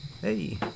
Hey